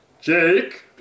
Jake